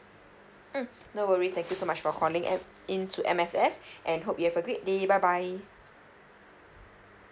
mm no worries thank you so much for calling at in to M_S_F and hope you have a great day bye bye